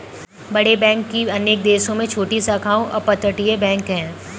बड़े बैंक की अनेक देशों में छोटी शाखाओं अपतटीय बैंक है